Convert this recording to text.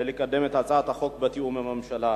לקדם את הצעת החוק בתיאום עם הממשלה.